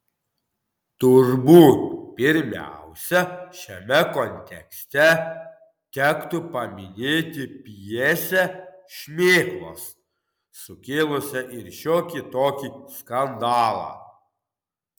turbūt pirmiausia šiame kontekste tektų paminėti pjesę šmėklos sukėlusią ir šiokį tokį skandalą